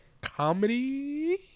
comedy